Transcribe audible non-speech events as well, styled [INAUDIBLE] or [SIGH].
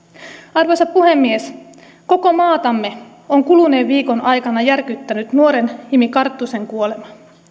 arvoisa puhemies koko maatamme [UNINTELLIGIBLE] on kuluneen viikon aikana järkyttänyt nuoren jimi karttusen kuolema